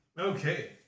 Okay